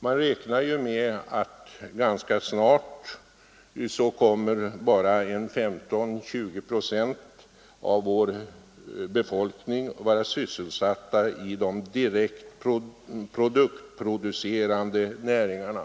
Man räknar ju med att ganska snart bara 15—20 procent av vår befolkning kommer att vara sysselsatta i de direkt produktproducerande näringarna.